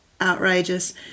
outrageous